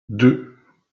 deux